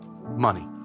Money